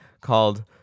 called